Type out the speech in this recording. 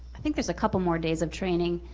think there's a couple of more days of training,